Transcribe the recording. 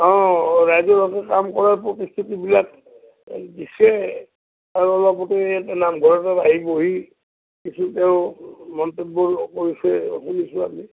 অলপতে এ নামঘৰত আহি বহি কিছু তেওঁ মন্তব্য কৰিছে শুনিছোঁ আমি